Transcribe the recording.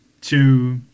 two